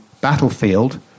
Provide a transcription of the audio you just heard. battlefield